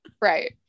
Right